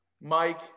Mike